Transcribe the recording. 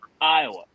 Iowa